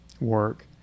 work